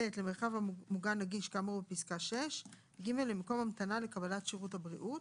למרחב מוגן נגיש כאמור בפסקה (6); למקום המתנה לקבלת שירות הבריאות,